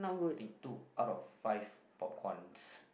think two out of five popcorns